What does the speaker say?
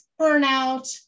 burnout